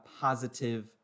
positive